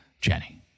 Jenny